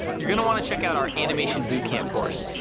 you're gonna wanna check out our animation boot camp course.